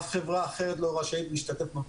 אף חברה אחרת לא רשאית להשתתף,